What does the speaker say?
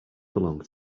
belong